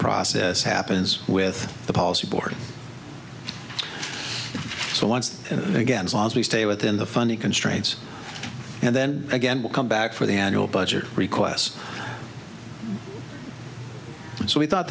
process happens with the policy board so once again as long as we stay within the funny constraints and then again will come back for the annual budget requests so we thought